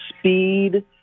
speed